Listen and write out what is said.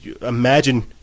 imagine